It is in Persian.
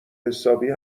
حسابی